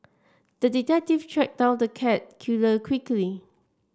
the detective tracked down the cat killer quickly